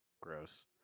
Gross